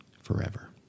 forever